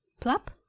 Plop